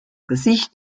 gesicht